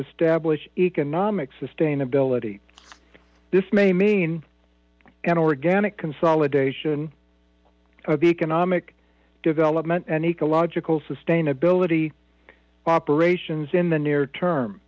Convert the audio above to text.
establish economic sustainability this may mean an organic consolidation of economic development and ecological sustainability operations in the near term